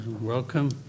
welcome